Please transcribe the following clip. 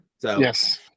Yes